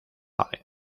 allen